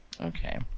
okay